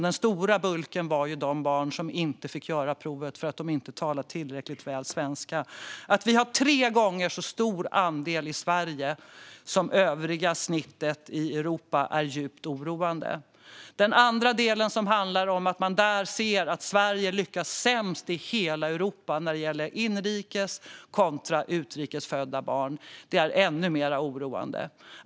Den stora bulken var dock de barn som inte fick göra provet för att de inte talar tillräckligt bra svenska. Att vi har tre gånger så stor andel i Sverige jämfört med snittet för övriga Europa är djupt oroande. Den andra delen, att Sverige lyckas sämst i hela Europa när det gäller inrikes kontra utrikesfödda barn, är ännu mer oroande.